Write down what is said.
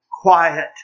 quiet